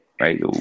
right